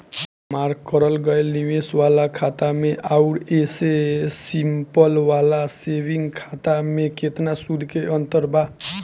हमार करल गएल निवेश वाला खाता मे आउर ऐसे सिंपल वाला सेविंग खाता मे केतना सूद के अंतर बा?